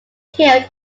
killed